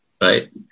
right